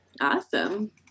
Awesome